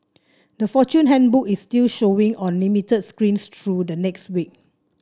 the Fortune Handbook is still showing on limited screens through the next week